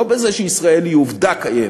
ולא בזה שישראל היא עובדה קיימת,